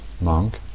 monk